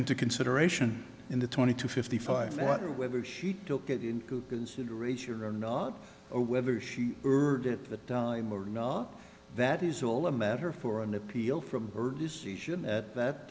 into consideration in the twenty two fifty five whether she took it into consideration or not or whether she urged at the time or not that is all a matter for an appeal from her decision at that